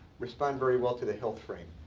respond very well to the health frame.